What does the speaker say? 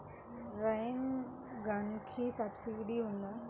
Rain గన్కి subsidy ఉందా?